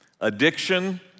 addiction